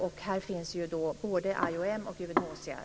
Och där finns både IOM och UNHCR.